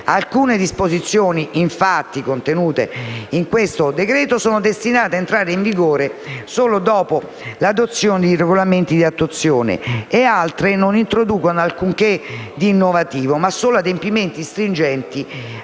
Alcune disposizioni, infatti, sono destinate ad entrare in vigore solo dopo l'adozione di regolamenti di attuazione ed altre non introducono alcunché di innovativo ma solo adempimenti stringenti